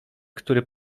który